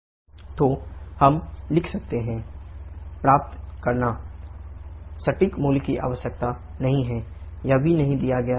तो हम लिख सकते हैं T7sT6P7P6kg 1kg प्राप्त करना P6P7419 सटीक मूल्य की आवश्यकता नहीं है यह भी नहीं दिया गया है